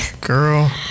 Girl